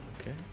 Okay